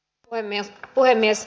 arvoisa puhemies